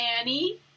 Annie